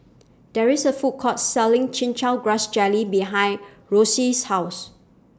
There IS A Food Court Selling Chin Chow Grass Jelly behind Roscoe's House